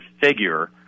figure